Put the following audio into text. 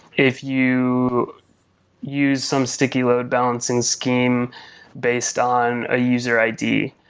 if you use some sticky load-balancing's scheme based on ah user id,